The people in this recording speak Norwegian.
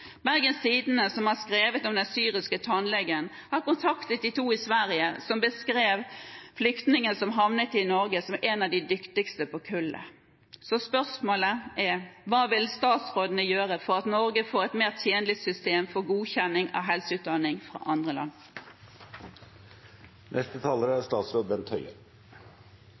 Bergens Tidende, som har skrevet om den syriske tannlegen, har kontaktet de to i Sverige, som beskrev flyktningen som havnet i Norge, som en av de dyktigste på kullet. Spørsmålet er: Hva vil statsrådene gjøre for at Norge skal få et mer tjenlig system for godkjenning av helseutdanning fra andre land? Jeg er